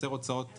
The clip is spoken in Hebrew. יותר הוצאות חינוך,